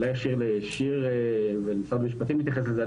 אני אולי אשאיר לשיר ומשרד המשפטים להתייחס לזה.